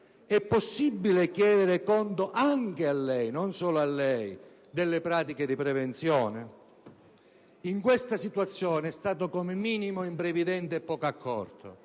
È possibile chiedere conto, non solo a lei ma anche a lei, delle pratiche di prevenzione? In questa situazione lei è stato come minimo imprevidente e poco accorto